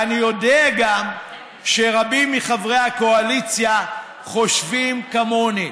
ואני יודע גם שרבים מחברי הקואליציה חושבים כמוני.